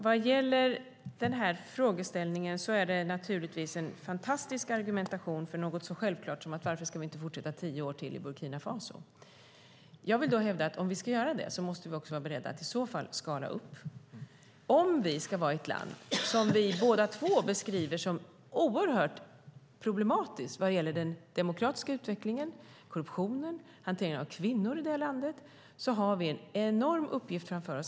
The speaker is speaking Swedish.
Herr talman! Det är naturligtvis en fantastisk argumentation när det gäller något så självklart som frågan: Varför ska vi inte fortsätta i tio år till i Burkina Faso? Jag vill då hävda att om vi ska göra det måste vi vara beredda att skala upp. Om vi ska vara i ett land som vi båda två beskriver som oerhört problematiskt vad gäller den demokratiska utvecklingen, korruptionen och hanteringen av kvinnor har vi en enorm uppgift framför oss.